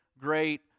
great